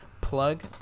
plug